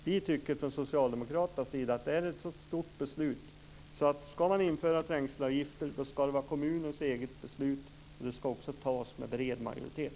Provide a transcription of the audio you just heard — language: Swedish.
Vi från Socialdemokraternas sida tycker att det är ett så stort beslut, så att om man ska införa trängselavgifter ska det vara kommunens eget beslut, och det ska också fattas med bred majoritet.